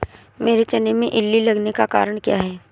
मेरे चने में इल्ली लगने का कारण क्या है?